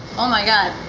oh my god.